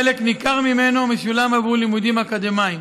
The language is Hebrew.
חלק ניכר ממנו משולם עבור לימודים אקדמיים,